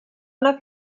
una